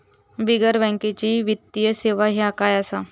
बिगर बँकेची वित्तीय सेवा ह्या काय असा?